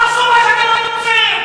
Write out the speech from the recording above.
תעשו מה שאתם רוצים.